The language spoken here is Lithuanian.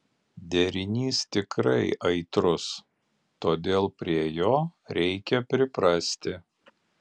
derinys tikrai aitrus todėl prie jo reikia priprasti